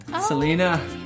Selena